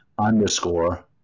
underscore